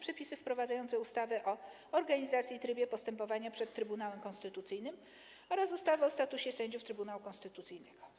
Przepisy wprowadzające ustawę o organizacji i trybie postępowania przed Trybunałem Konstytucyjnym oraz ustawę o statusie sędziów Trybunału Konstytucyjnego.